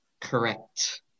Correct